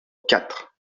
quatre